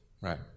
right